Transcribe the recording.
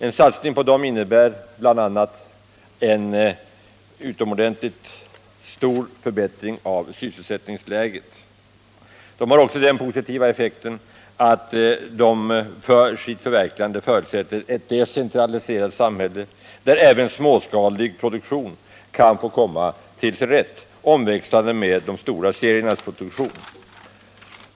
En satsning på dem innebär bl.a. en utomordentligt stor förbättring av sysselsättningsläget. De har också den positiva effekten att de förutsätter ett decentraliserat samhälle, där även småskalig produktion kan få komma till sin rätt, omväxlande med de stora seriernas produktion.